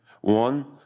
One